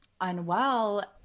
unwell